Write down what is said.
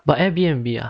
but Airbnb ah